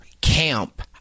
camp